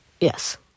Yes